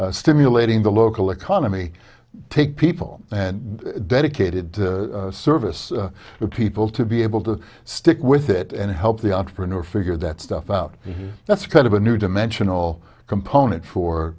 stimulating the local economy take people and dedicated service people to be able to stick with it and help the entrepreneur figure that stuff out and that's kind of a new dimension all component for